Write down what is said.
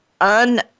un-